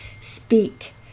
speak